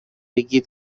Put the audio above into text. بگین